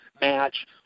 match